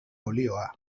olioa